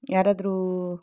ಯಾರಾದರೂ